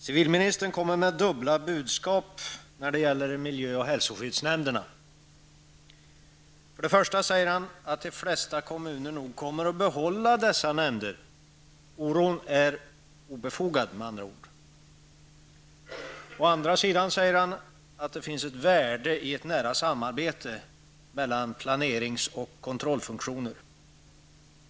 Herr talman! Civilministern kommer med dubbla budskap när det gäller miljö och hälsoskyddsnämnderna. Han säger att de flesta kommuner nog kommer att behålla dessa nämnder -- oron är obefogad med andra ord. Å andra sidan säger han att det finns ett värde i ett nära samarbete mellan planerings och kontrollfunktioner.